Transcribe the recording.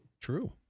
True